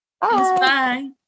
Bye